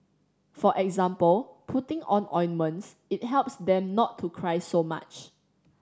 for example putting on ointments it helps them not to cry so much